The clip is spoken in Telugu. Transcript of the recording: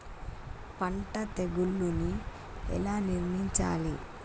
పంట తెగులుని ఎలా నిర్మూలించాలి?